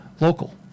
local